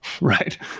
right